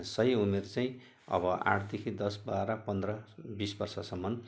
सही उमेर चाहिँ अब आठदेखि दस बाह्र पन्ध्र बिस वर्षसम्म